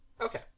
Okay